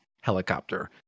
helicopter